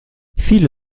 viele